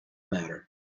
matter